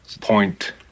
Point